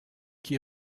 qui